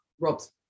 Rob's